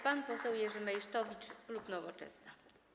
Pan poseł Jerzy Meysztowicz, klub Nowoczesna.